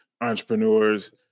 entrepreneurs